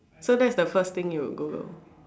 so that's the first thing you would Google